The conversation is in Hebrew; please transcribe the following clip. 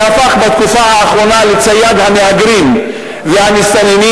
שהפך בתקופה האחרונה לצייד המהגרים והמסתננים,